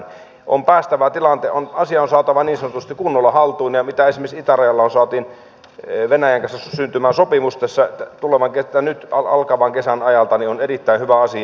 asia on saatava niin sanotusti kunnolla haltuun ja se että esimerkiksi itärajalla saatiin venäjän kanssa syntymään sopimus nyt alkavan kesän ajalta on erittäin hyvä asia